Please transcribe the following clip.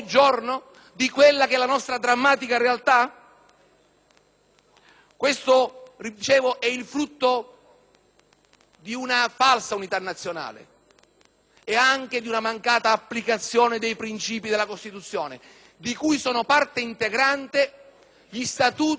dicevo, è il frutto di una falsa unità nazionale, oltre che di una mancata applicazione dei princìpi della Costituzione, di cui sono parte integrante gli statuti autonomistici delle Regioni a Statuto speciale,